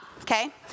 okay